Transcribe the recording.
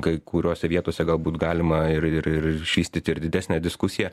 kai kuriose vietose galbūt galima ir ir ir išvystyti ir didesnę diskusiją